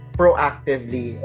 proactively